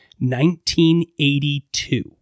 1982